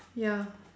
ya